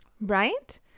Right